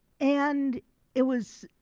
and it was,